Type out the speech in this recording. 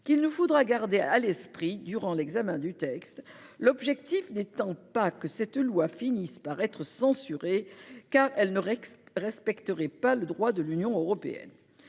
qu'il nous faudra garder à l'esprit durant l'examen du texte, le but n'étant pas que cette loi finisse par être censurée, car elle ne serait pas conforme au droit de l'Union européenne